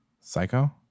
Psycho